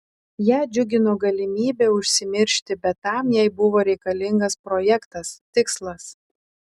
ją džiugino galimybė užsimiršti bet tam jai buvo reikalingas projektas tikslas